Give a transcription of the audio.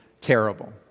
terrible